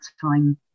time